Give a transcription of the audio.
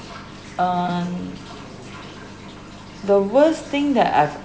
um the worst thing that I've